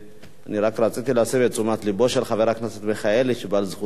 אני רק רציתי להסב את תשומת לבו של חבר הכנסת מיכאלי שבא לזכות ההצבעה,